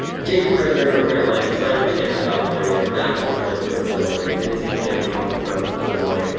jacob kressner north carolina, simon chan from california, matt oldfield from illinois, lindsay campion from illinois,